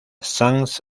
sans